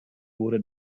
wurde